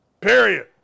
Period